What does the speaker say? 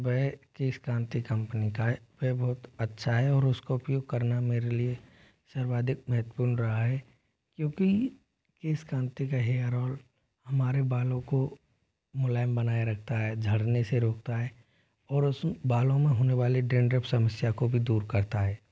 वह केश कांति कंपनी का है वह बहुत अच्छा है और उसको उपयोग करना मेरे लिए सर्वाधिक महत्वपूर्ण रहा है क्योंकि केश कांति का हेयर ऑल हमारे बालों को मुलायम बनाए रखना है झरने से रोकता है और उस बालो में होने वाले डैंड्रफ समस्या को भी दूर करता है